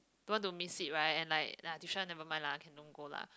don't want to miss it right and then like tuition never mind lah can don't go lah